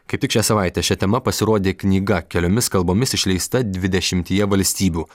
kaip tik šią savaitę šia tema pasirodė knyga keliomis kalbomis išleista dvidešimtyje valstybių